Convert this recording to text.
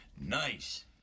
Nice